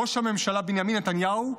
ראש הממשלה בנימין נתניהו,